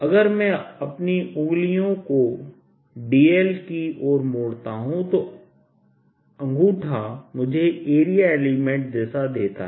अगर मैं अपनी उंगलियों को dl की ओर मोड़ता हूं तो अंगूठा मुझे एरिया एलिमेंट दिशा देता है